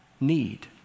need